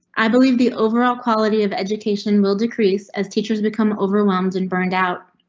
i believe the overall quality of education will decrease as teachers become overwhelmed and burned out.